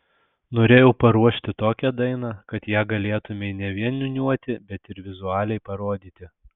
norėjau paruošti tokią dainą kad ją galėtumei ne vien niūniuoti bet ir vizualiai parodyti